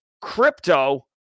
crypto